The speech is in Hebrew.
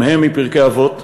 גם הם מפרקי אבות: